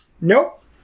nope